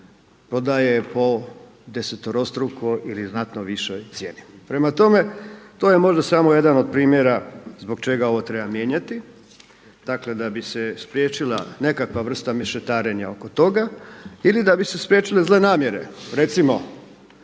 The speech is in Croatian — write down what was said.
prodaje po deseterostruko ili znatno višoj cijeni. Prema tome, to je možda samo jedan od primjera zbog čega ovo treba mijenjati, dakle da bi se spriječila nekakva vrsta mešetarenja oko toga ili da bi se spriječile zle namjere. Recimo,